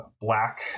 black